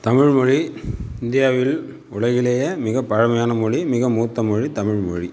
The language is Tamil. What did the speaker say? தமிழ்மொழி இந்தியாவில் உலகிலேயே மிக பழமையான மொழி மிக மூத்தமொழி தமிழ்மொழி